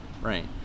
right